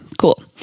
cool